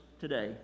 today